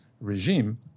regime